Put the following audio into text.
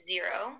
Zero